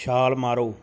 ਛਾਲ ਮਾਰੋ